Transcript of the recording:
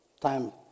time